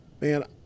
man